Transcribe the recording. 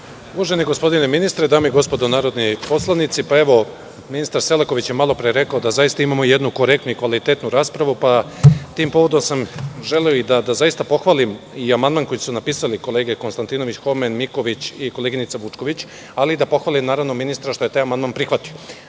Uvaženi gospodine ministre, dame i gospodo narodni poslanici, ministar Selaković je malopre rekao da zaista imamo jednu korektnu i kvalitetnu raspravu. Tim povodom sam želeo i da zaista pohvalim i amandman koji su napisale kolege Konstantinović, Homen, Miković i koleginica Vučković, ali i da pohvalim, naravno, ministra što je taj amandman prihvatio. Da